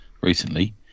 recently